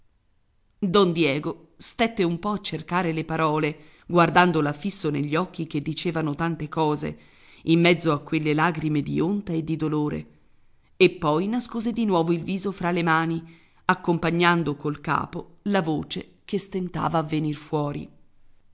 don diego stette un po a cercare le parole guardandola fisso negli occhi che dicevano tante cose in mezzo a quelle lagrime di onta e di dolore e poi nascose di nuovo il viso fra le mani accompagnando col capo la voce che stentava a venir fuori